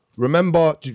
Remember